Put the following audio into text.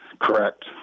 Correct